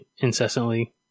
incessantly